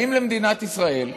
באים למדינת ישראל,